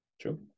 True